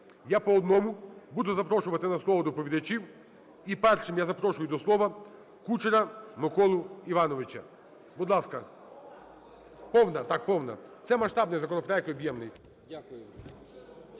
Я по одному буду запрошувати на слово доповідачів. І першим я запрошую до слова Кучера Микола Івановича, будь ласка. Повна, так, повна, це масштабний законопроект, об'ємний.